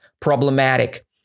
problematic